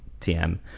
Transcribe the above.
TM